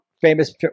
famous